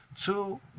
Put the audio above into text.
two